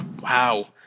wow